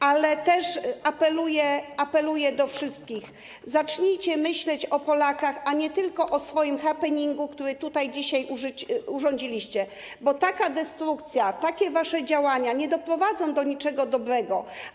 Ale też apeluję do wszystkich: zacznijcie myśleć o Polakach, a nie tylko o swoim happeningu, który tutaj dzisiaj urządziliście, bo taka destrukcja, takie wasze działania nie doprowadzą do niczego dobrego.